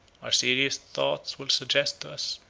our serious thoughts will suggest to us,